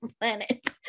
planet